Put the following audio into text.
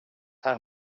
haar